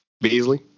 Beasley